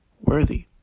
worthy